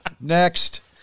next